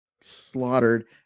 slaughtered